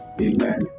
Amen